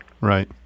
Right